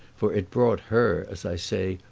for it brought her, as i say,